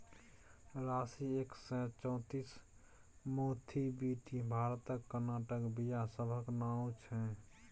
राशी एक सय चौंतीस, मोथीबीटी भारतक काँटनक बीया सभक नाओ छै